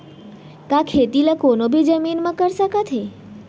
का खेती ला कोनो भी जमीन म कर सकथे?